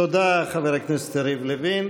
תודה, חבר הכנסת יריב לוין.